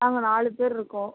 நாங்கள் நாலு பேர் இருக்கோம்